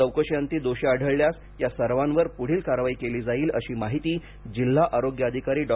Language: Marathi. चौकशीअंती दोषी आढळल्यास या सर्वांवर पुढील कारवाई केली जाईल अशी माहिती जिल्हा आरोग्य अधिकारी डॉ